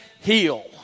heal